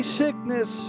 sickness